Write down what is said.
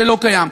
שלא קיים.